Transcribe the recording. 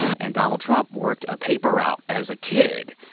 and donald trump worked a paper route as a kid,